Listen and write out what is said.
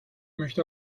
möchte